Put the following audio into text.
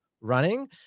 running